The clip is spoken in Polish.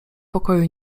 pokoju